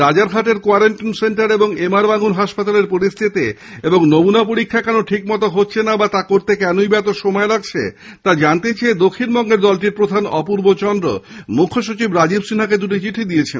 রাজারহাটের quarantine centre ও এমআরবাঙ্গুর হাসপাতালের পরিস্থিতি এবং নমুনা পরীক্ষা কেন ঠিকমতো হচ্ছে না বা তা করতে কেনই বা এত সময় লাগছে তা জানতে চেয়ে দক্ষিণবঙ্গের দলটির প্রধান অপূর্ব চন্দ্র মুখ্যসচিব রাজীব সিনহাকে দুটি চিঠি দিয়েছেন